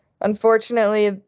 Unfortunately